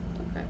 Okay